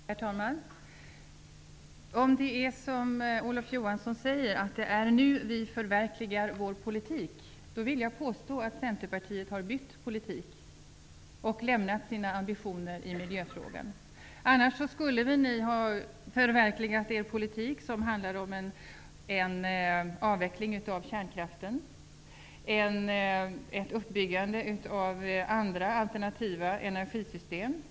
Herr talman! Om det är som Olof Johansson säger, nämligen att det är nu Centerpartiet förverkligar sin politik, vill jag påstå att Centerpartiet har bytt politik och lämnat sina ambitioner i miljöfrågan. Annars skulle ni väl ha förverkligat er politik gällande en avveckling av kärnkraften och ett uppbyggande av andra alternativa energisystem.